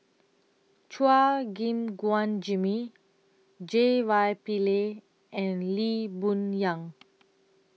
Chua Gim Guan Jimmy J Y Pillay and Lee Boon Yang